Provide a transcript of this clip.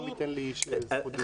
כשרם ייתן לי זכות דיבור.